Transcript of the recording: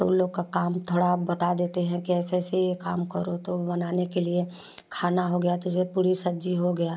तो उन लोग का काम थोड़ा बता देते हैं कि ऐसे ऐसे ये काम करो तो बनाने के लिए खाना हो गया जैसे पूड़ी सब्जी हो गया